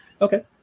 Okay